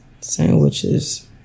Sandwiches